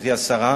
גברתי השרה,